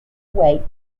weight